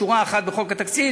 שורה אחת בחוק התקציב,